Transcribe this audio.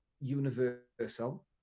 Universal